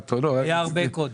זה היה הרבה קודם.